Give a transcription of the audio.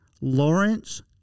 Lawrence